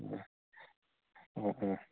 ꯎꯝ ꯎꯝꯎꯝ